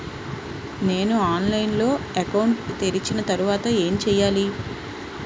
నేను ఆన్లైన్ లో అకౌంట్ తెరిచిన తర్వాత ఏం చేయాలి?